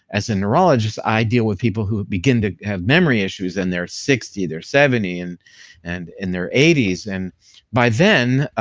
as a neurologist, i deal with people who begin to have memory issues and they're sixty, they're seventy, and and in their eighty s, and by then,